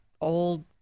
old